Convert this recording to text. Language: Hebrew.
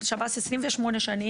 אני בשב"ס 28 שנים,